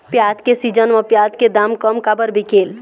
प्याज के सीजन म प्याज के दाम कम काबर बिकेल?